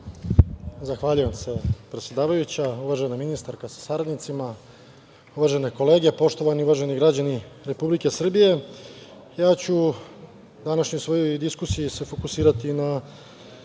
Zahvaljujem se, predsedavajuća. Uvažena ministarka sa saradnicima, uvažene kolege, poštovani uvaženi građani Republike Srbije, ja ću se u današnjoj svojoj diskusiji se fokusirati na